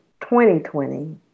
2020